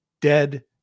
dead